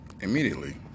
immediately